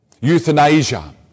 euthanasia